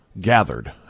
gathered